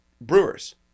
brewers